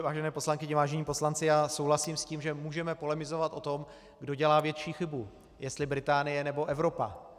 Vážené poslankyně, vážení poslanci, já souhlasím s tím, že můžeme polemizovat o tom, kdo dělá větší chybu, jestli Británie, nebo Evropa.